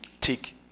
tick